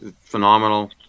phenomenal